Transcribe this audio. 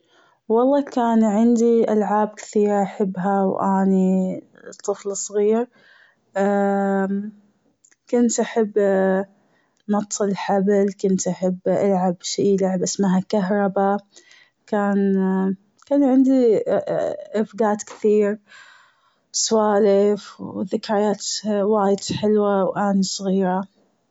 والله كان عندي ألعاب كثيرة أحبها وأني طفلة صغير كنت أحب نط الحبل كنت أحب أ-ألعب شي لعبة اسمها كهربا كان-كان عندي ابدعات كثير وسوالف وذكريات وايد حلوة وأنا صغيرة.